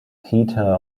peter